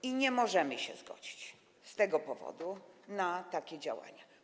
I nie możemy się zgodzić z tego powodu na takie działania.